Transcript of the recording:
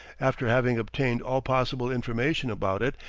after having obtained all possible information about it,